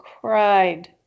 cried